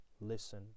listen